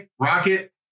Rocket